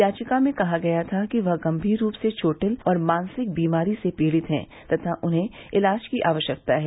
याचिका में कहा गया था कि वह गंभीर रूप से चोटिल और मानसिक बीमारी से पीड़ित है तथा उसे इलाज की आवश्यकता है